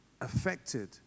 affected